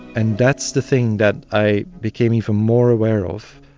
and that's the thing that i became even more aware of,